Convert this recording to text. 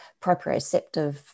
proprioceptive